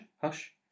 Hush